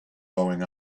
going